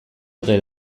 ote